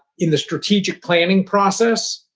in the strategic planning process,